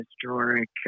historic